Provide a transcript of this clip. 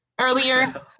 earlier